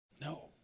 No